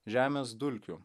žemės dulkių